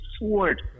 sword